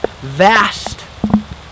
vast